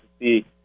see